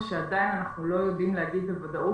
שעדיין אנחנו לא יודעים להגיד בוודאות,